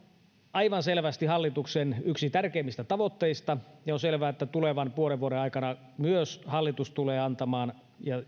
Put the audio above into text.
aivan selvästi hallituksen yksi tärkeimmistä tavoitteista ja on selvää että tulevan puolen vuoden aikana myös hallitus tulee antamaan ja